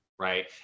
right